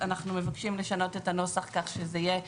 אנחנו מבקשים לשנות את הנוסח כך שזה יהיה: